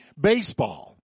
baseball